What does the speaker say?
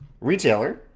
retailer